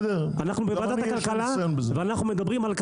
אנחנו בוועדת הכלכלה ואנחנו מדברים על כלכלה,